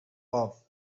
off